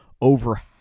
over